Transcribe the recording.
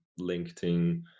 LinkedIn